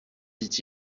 dit